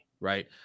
right